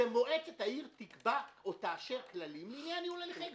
שמועצת העיר תקבע או תאשר כללים לעניין ניהול הליכי גבייה.